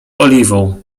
oliwą